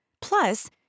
Plus